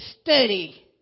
study